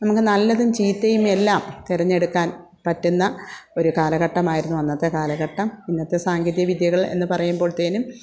നമുക്ക് നല്ലതും ചീത്തയും എല്ലാം തെരഞ്ഞെടുക്കാൻ പറ്റുന്ന ഒരു കാലഘട്ടമായിരുന്നു അന്നത്തെ കാലഘട്ടം ഇന്നത്തെ സാങ്കേതിക വിദ്യകൾ എന്ന് പറയുമ്പോഴ്ത്തേനും